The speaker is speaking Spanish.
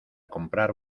comprar